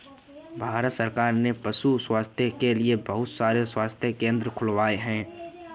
भारत सरकार ने पशु स्वास्थ्य के लिए बहुत सारे स्वास्थ्य केंद्र खुलवाए हैं